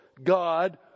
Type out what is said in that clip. God